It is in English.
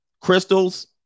crystals